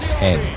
ten